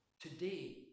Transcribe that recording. today